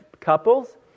couples